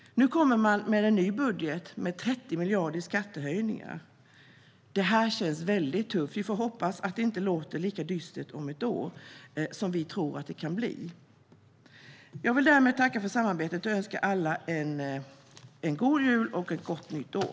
Nu kommer man med en ny budget med 30 miljarder i skattehöjningar. Detta känns väldigt tufft. Vi får hoppas att det inte låter lika dystert om ett år som vi tror att det kan bli. Jag vill därmed tacka för samarbetet och önska alla en god jul och ett gott nytt år.